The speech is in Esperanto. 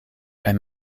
kaj